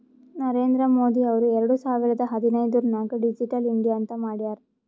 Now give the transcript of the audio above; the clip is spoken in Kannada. ನರೇಂದ್ರ ಮೋದಿ ಅವ್ರು ಎರಡು ಸಾವಿರದ ಹದಿನೈದುರ್ನಾಗ್ ಡಿಜಿಟಲ್ ಇಂಡಿಯಾ ಅಂತ್ ಮಾಡ್ಯಾರ್